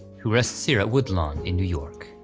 who rests here at woodlawn in new york.